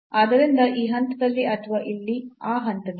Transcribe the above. ಆದ್ದರಿಂದ ಈ ಹಂತದಲ್ಲಿ ಅಥವಾ ಇಲ್ಲಿ ಆ ಹಂತದಲ್ಲಿ